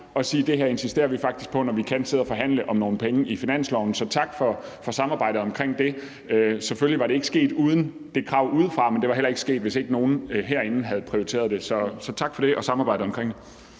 og sige, at det her insisterer vi faktisk på, når vi skal forhandle om nogle penge i finansloven. Så tak for samarbejdet om det. Selvfølgelig var det ikke sket uden det krav udefra. Men det var heller ikke sket, hvis der ikke havde været nogen herinde, der havde prioriteret det, så tak for det og for samarbejdet omkring det.